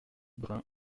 brun